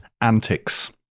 antics